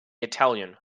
italian